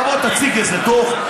תבוא תציג איזה דוח,